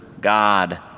God